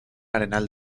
arenal